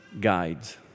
guides